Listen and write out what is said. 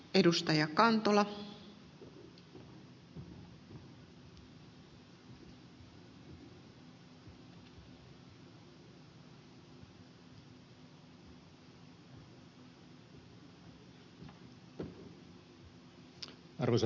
arvoisa rouva puhemies